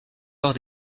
lors